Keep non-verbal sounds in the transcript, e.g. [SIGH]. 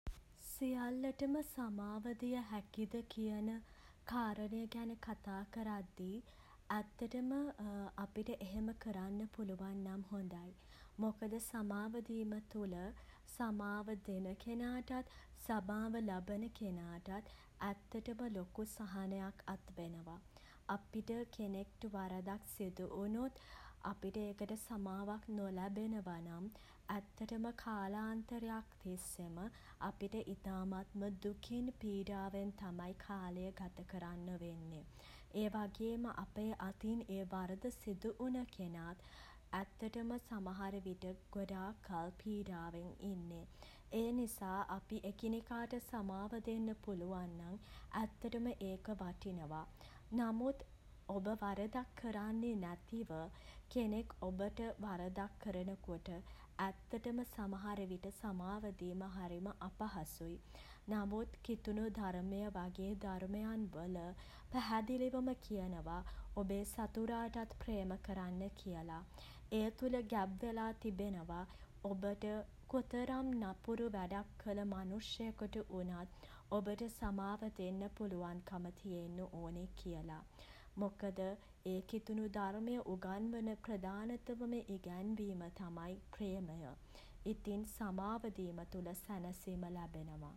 සියල්ලටම සමාව දිය හැකිද [HESITATION] කියන කාරණය ගැන කතා කරද්දී [HESITATION] ඇත්තටම [HESITATION] අපිට එහෙම කරන්න පුළුවන් නම් හොඳයි. මොකද සමාව දීම තුළ [HESITATION] සමාව දෙන කෙනාටත් [HESITATION] සභාව ලබන කෙනාටත් [HESITATION] ඇත්තටම ලොකු සහනයක් අත් වෙනවා. අපිට [HESITATION] කෙනෙක්ට වරදක් සිදුවුණොත් [HESITATION] අපිට ඒකට සමාවක් නොලැබෙනවා නම් [HESITATION] ඇත්තටම කාලාන්තරයක් තිස්සේම [HESITATION] අපිට ඉතාමත්ම දුකින් පීඩාවෙන් තමයි කාලය ගත කරන්න වෙන්නේ. ඒ වගේම අපේ අතින් ඒ වරද සිදු වුණ කෙනත් [HESITATION] ඇත්තටම සමහර විට ගොඩක් කල් පීඩාවෙන් ඉන්නේ. ඒ නිසා [HESITATION] අපි එකිනෙකාට සමාව දෙන්න පුළුවන් නම් [HESITATION] ඇත්තටම ඒක වටිනවා. නමුත් [HESITATION] ඔබ වරදක් කරන්නේ නැතිව [HESITATION] කෙනෙක් ඔබට වරදක් කරනකොට [HESITATION] ඇත්තටම සමහර විට සමාව දීම හරිම අපහසුයි. නමුත් කිතුණු ධර්මය වගේ ධර්මයන් වල [HESITATION] පැහැදිලිවම කියනවා [HESITATION] ඔබේ සතුරාටත් ප්‍රේම කරන්න කියලා. එය තුල ගැබ් වෙලා තිබෙනවා [HESITATION] ඔබට [HESITATION] කොතරම් නපුරු වැඩක් කළ මනුෂ්‍යයෙකුට වුණත් [HESITATION] ඔබට සමාව දෙන්න පුළුවන් කම තියෙන්න ඕනේ කියලා. මොකද [HESITATION] ඒ කිතුණු ධර්මය උගන්වන ප්‍රධානතම ඉගැන්වීම තමයි [HESITATION] ප්‍රේමය. ඉතින් සමාව දීම තුළ සැනසීම ලැබෙනවා.